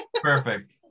Perfect